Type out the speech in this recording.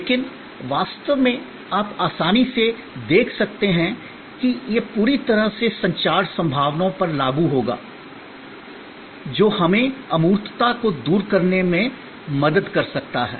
लेकिन वास्तव में आप आसानी से देख सकते हैं कि यह पूरी तरह से संचार संभावनाओं पर लागू होगा जो हमें अमूर्तता को दूर करने में मदद कर सकता है